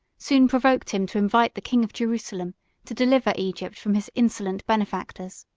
soon provoked him to invite the king of jerusalem to deliver egypt from his insolent benefactors.